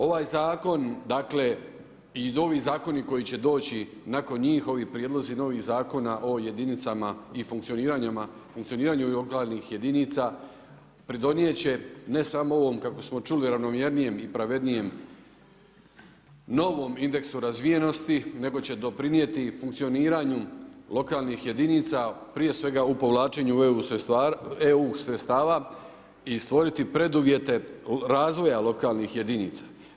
Ovaj zakon, dakle i novi zakoni koji će doći nakon, njih, ovi prijedlozi novih zakona o jedinicama i funkcioniranju lokalnih jedinica pridonijet će ne samo ovom kako smo čuli ravnomjernijem i pravednijem novom indeksu razvijenosti nego će doprinijeti i funkcioniranju lokalnih jedinica prije svega u povlačenju EU sredstava i stvoriti preduvjete razvoja lokalnih jedinica.